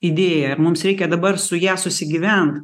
idėją ir mums reikia dabar su ja susigyvent